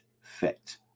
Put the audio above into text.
fit